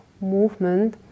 movement